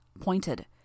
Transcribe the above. pointed